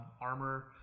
armor